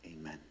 amen